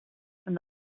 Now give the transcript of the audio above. from